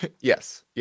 Yes